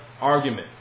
argument